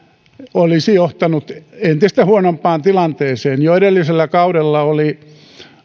olisivat johtaneet entistä huonompaan tilanteeseen jo edellisellä kaudella oli